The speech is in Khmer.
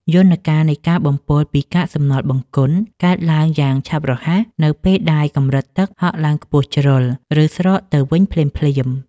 យន្តការនៃការបំពុលពីកាកសំណល់បង្គន់ កើតឡើងយ៉ាងឆាប់រហ័សនៅពេលដែលកម្រិតទឹកហក់ឡើងខ្ពស់ជ្រុល ឬស្រកទៅវិញភ្លាមៗ។